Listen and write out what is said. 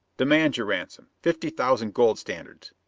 demand your ransom. fifty thousand gold-standards!